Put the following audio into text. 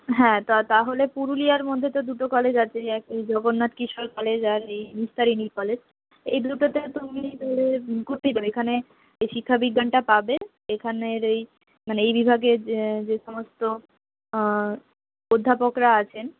হ্যাঁ তো তাহলে পুরুলিয়ার মধ্যে তো দুটো কলেজ আছেই এক ওই জগন্নাথ কিশোর কলেজ আর এই কলেজ নিস্তারিণী কলেজ এই দুটোতে তুমি তাহলে করতেই পারো এইখানে এই শিক্ষাবিজ্ঞানটা পাবে এইখানের এই মানে এই বিভাগের যে সমস্ত অধ্যাপকরা আছেন